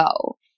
go